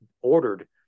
ordered